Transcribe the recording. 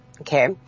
Okay